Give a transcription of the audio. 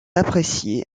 appréciée